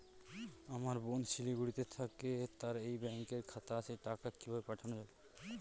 আমার বোন শিলিগুড়িতে থাকে তার এই ব্যঙকের খাতা আছে টাকা কি ভাবে পাঠানো যাবে?